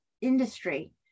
industry